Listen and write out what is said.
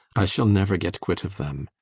i shall never get quit of them.